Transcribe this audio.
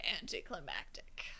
anticlimactic